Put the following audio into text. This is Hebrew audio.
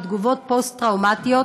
מתגובות פוסט-טראומטיות.